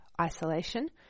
isolation